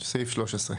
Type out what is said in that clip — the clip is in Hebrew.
סעיף (13).